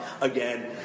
again